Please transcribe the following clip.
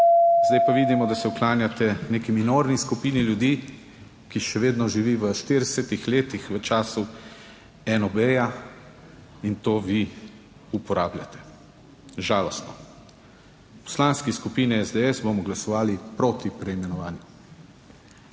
zdaj pa vidimo, da se uklanjate neki minorni skupini ljudi, ki še vedno živi v 40 letih, v času NOB-ja, in to vi uporabljate. Žalostno. V Poslanski skupini SDS bomo glasovali proti preimenovanju.